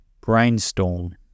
Brainstorm